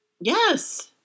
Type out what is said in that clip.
Yes